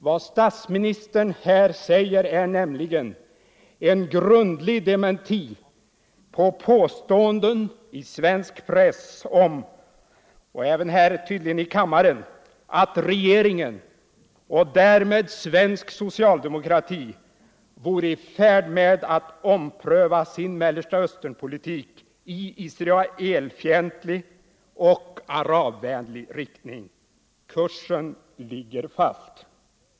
Vad statsministern här säger är nämligen en grundlig dementi av påståenden i svensk press — och tydligen även här i kammaren -— att regeringen och därmed svensk socialdemokrati vore i färd med att ompröva sin Mellersta Östern-politik i Israelfientlig och arabvänlig riktning. Kursen ligger fast.